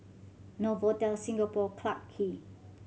Novotel Singapore Clarke Quay